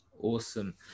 Awesome